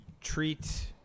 treat